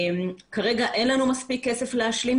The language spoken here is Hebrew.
כרגע אין לנו מספיק כסף להשלים,